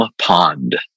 pond